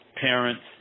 parents